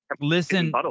Listen